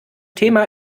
thema